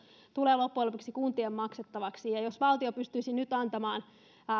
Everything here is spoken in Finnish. tulee loppujen lopuksi kuntien maksettavaksi ja jos valtio pystyisi nyt antamaan